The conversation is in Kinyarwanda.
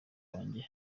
wanjye